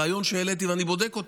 רעיון שהעליתי ואני בודק אותו,